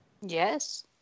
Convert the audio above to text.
Yes